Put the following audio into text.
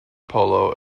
polo